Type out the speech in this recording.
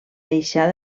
deixar